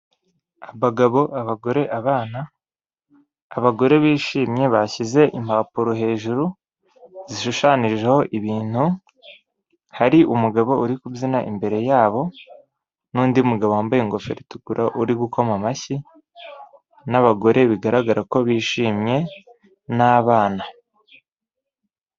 Abagabo, abagore, abana, abagore bishimye bashyize impapuro hejuru zishushanijeho ibintu, hari umugabo uri kubyina imbere yabo n'undi mugabo wambaye ingofero itukura uri gukoma amashyi, n'abagore bigaragara ko bishimye n'abana.